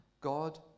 God